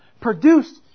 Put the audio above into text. produced